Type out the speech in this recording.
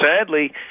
sadly